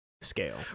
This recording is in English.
scale